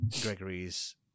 Gregory's